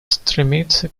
стремиться